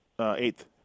eighth